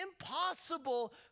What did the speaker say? impossible